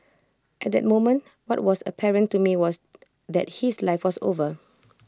at that moment what was apparent to me was that his life was over